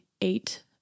eight